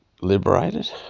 liberated